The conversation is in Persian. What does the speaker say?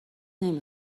نمی